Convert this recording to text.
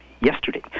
yesterday